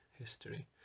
History